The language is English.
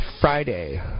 Friday